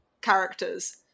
characters